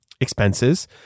expenses